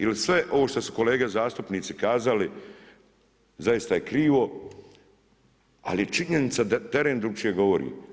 Ili sve ovo što su kolege zastupnici kazali zaista je krivo, ali je činjenica da teren drukčije govori.